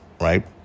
right